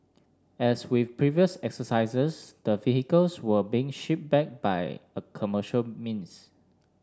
as with previous exercises the vehicles were being ship back by commercial means